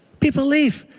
people leave.